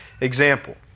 example